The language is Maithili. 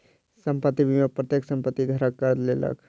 संपत्ति बीमा प्रत्येक संपत्ति धारक करा लेलक